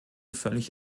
völlig